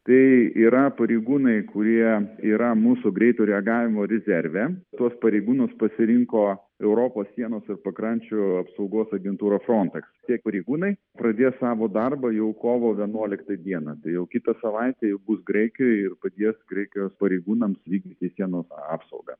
tai yra pareigūnai kurie yra mūsų greito reagavimo rezerve tuos pareigūnus pasirinko europos sienos ir pakrančių apsaugos agentūra frontex tie pareigūnai pradės savo darbą jau kovo vienuoliktą dieną tai jau kitą savaitę jie bus graikijoj ir padės graikijos pareigūnams vykdyti sienos apsaugą